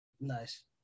Nice